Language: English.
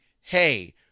hey